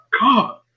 God